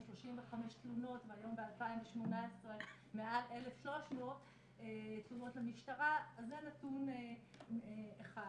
35 תלונות והיום ב-2018 מעל 1300 תלונות למשטרה אז זה נתון אחד.